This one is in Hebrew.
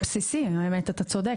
זה בסיסי, האמת, אתה צודק.